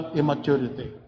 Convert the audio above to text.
immaturity